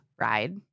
ride